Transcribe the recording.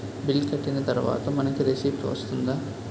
Bill కట్టిన తర్వాత మనకి రిసీప్ట్ వస్తుందా?